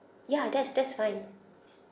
ya that's that's fine